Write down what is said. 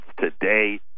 today